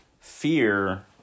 fear